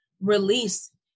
release